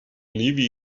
ливии